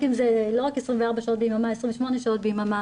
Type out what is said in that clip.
עם זה לא רק 24 שעות ביממה אלא 28 שעות ביממה,